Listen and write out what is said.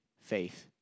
faith